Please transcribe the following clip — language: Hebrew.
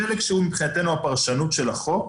החלק שמבחינתנו הוא הפרשנות של החוק,